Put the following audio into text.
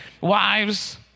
Wives